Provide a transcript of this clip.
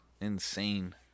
insane